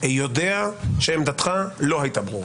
יודע שעמדתך לא הייתה ברורה,